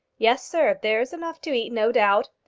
yes, sir there's enough to eat, no doubt.